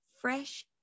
Fresh